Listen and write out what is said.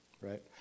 Right